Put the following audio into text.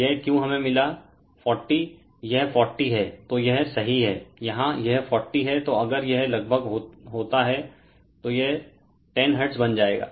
यह Q हमें मिला 40 यह 40 है तो यह सही है यहां यह 40 है तो अगर यह लगभग होता है तो यह 10 हर्ट्ज बन जाएगा